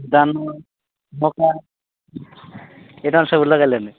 ଧାନ ମକା ଏଥର ସବୁ ଲଗେଇଲେନି